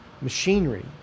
machinery